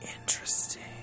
Interesting